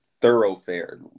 thoroughfare